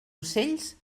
ocells